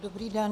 Dobrý den.